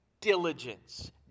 diligence